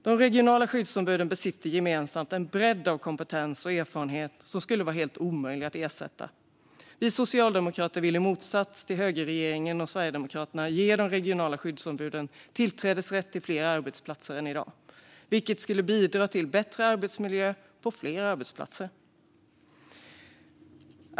De regionala skyddsombuden besitter gemensamt en bredd av kompetens och erfarenhet som skulle vara omöjlig att ersätta. Vi socialdemokrater vill i motsats till högerregeringen och Sverigedemokraterna ge de regionala skyddsombuden tillträdesrätt till fler arbetsplatser än i dag, vilket skulle bidra till en bättre arbetsmiljö på fler arbetsplatser.